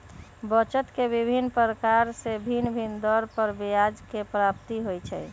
बचत के विभिन्न प्रकार से भिन्न भिन्न दर पर ब्याज के प्राप्ति होइ छइ